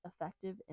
effective